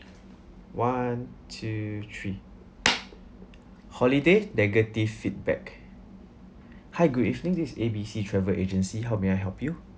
one two three holiday negative feedback hi good evening this A B C travel agency how may I help you